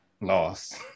Lost